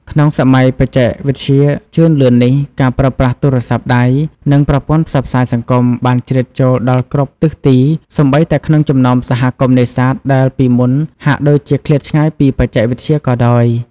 ក្នុងសម័យបច្ចេកវិទ្យាជឿនលឿននេះ ការប្រើប្រាស់ទូរស័ព្ទដៃ និងប្រព័ន្ធផ្សព្វផ្សាយសង្គមបានជ្រៀតចូលដល់គ្រប់ទិសទី សូម្បីតែក្នុងចំណោមសហគមន៍នេសាទដែលពីមុនមកហាក់ដូចជាឃ្លាតឆ្ងាយពីបច្ចេកវិទ្យាក៏ដោយ។